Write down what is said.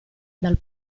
dal